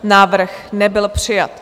Návrh nebyl přijat.